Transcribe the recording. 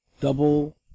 double